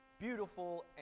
beautiful